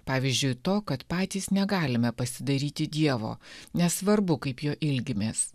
pavyzdžiui to kad patys negalime pasidaryti dievo nesvarbu kaip jo ilgimės